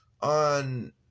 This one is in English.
on